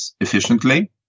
efficiently